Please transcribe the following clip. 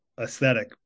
aesthetic